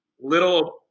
little